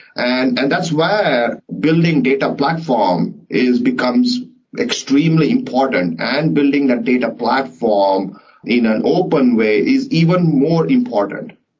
and and that's why building data platform is becomes extremely important, and building that data platform in an open way is even more important.